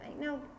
No